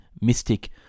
mystic